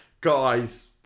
guys